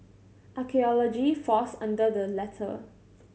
archaeology falls under the latter